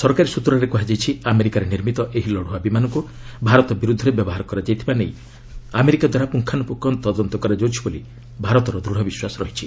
ସରକାରୀ ସ୍ୱତ୍ରରେ କୁହାଯାଇଛି ଆମେରିକାରେ ନିର୍ମିତ ଏହି ଲଢ଼ୁଆ ବିମାନକୁ ଭାରତ ବିରୁଦ୍ଧରେ ବ୍ୟବହାର କରାଯାଇଥିବା ନେଇ ଆମେରିକାଦ୍ୱାରା ପୁଙ୍ଗାନୁପୁଙ୍ଗ ତଦନ୍ତ କରାଯାଉଛି ବୋଲି ଭାରତର ଦୃଢ଼ ବିଶ୍ୱାସ ରହିଛି